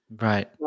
Right